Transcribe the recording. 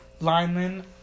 lineman